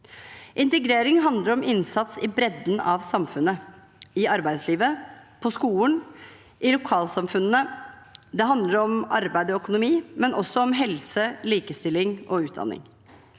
Integrering handler om innsats i bredden av samfunnet, i arbeidslivet, på skolen, i lokalsamfunnene. Det handler om arbeid og økonomi, men også om helse, likestilling og utdanning.